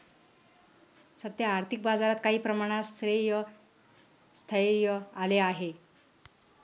सध्या आर्थिक बाजारात काही प्रमाणात स्थैर्य आले आहे